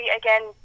again